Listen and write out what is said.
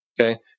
okay